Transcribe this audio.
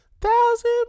Thousand